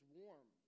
warm